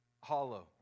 hollow